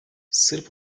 sırp